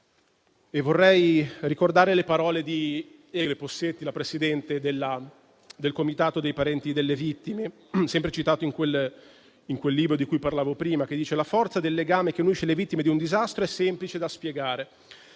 Vorrei ricordare le parole di Egle Possetti, la presidente del Comitato dei parenti delle vittime, sempre citando il libro di cui parlavo prima, che dice: la forza del legame che unisce le vittime di un disastro è semplice da spiegare: